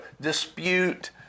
dispute